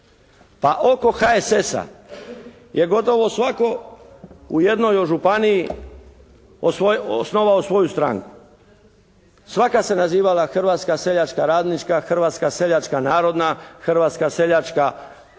Pa oko HSS-a je gotovo svatko u jednoj županiji osnovao svoju stranku. Svaka se nazivala Hrvatska seljačka radnička, Hrvatska seljačka narodna, Hrvatska seljačka